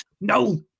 no